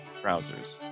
trousers